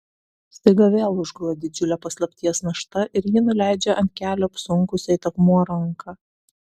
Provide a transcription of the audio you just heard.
staiga vėl užgula didžiulė paslapties našta ir ji nuleidžia ant kelių apsunkusią it akmuo ranką